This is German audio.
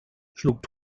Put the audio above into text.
schlug